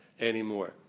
anymore